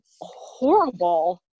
horrible